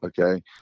okay